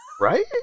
Right